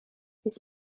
his